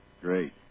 Great